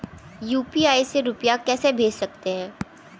UPI से रुपया कैसे भेज सकते हैं?